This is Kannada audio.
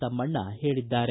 ತಮ್ಮಣ್ಣ ಹೇಳದ್ದಾರೆ